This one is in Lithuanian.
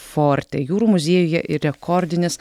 forte jūrų muziejuje ir rekordinis